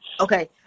Okay